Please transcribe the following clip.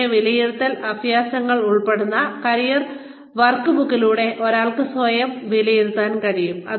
നൈപുണ്യ വിലയിരുത്തൽ അഭ്യാസങ്ങൾ ഉൾപ്പെടുന്ന കരിയർ വർക്ക്ബുക്കുകളിലൂടെ ഒരാൾക്ക് സ്വയം വിലയിരുത്താൻ കഴിയും